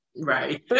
Right